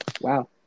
Wow